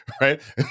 right